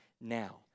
now